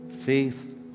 Faith